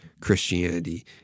Christianity